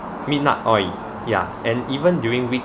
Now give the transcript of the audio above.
midnight oil ya and even during week